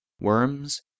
worms